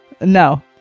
no